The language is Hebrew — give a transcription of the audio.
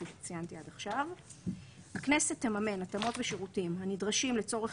כפי שציינתי עד עכשיו "הכנסת תממן התאמות ושירותים הנדרשים לצורך